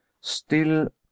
Still